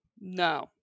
No